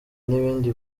n’ibindi